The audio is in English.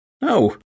No